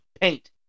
paint